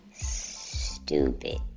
Stupid